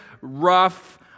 rough